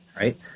right